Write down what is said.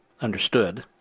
Understood